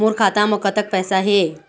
मोर खाता म कतक पैसा हे?